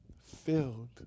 filled